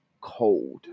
cold